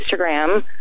Instagram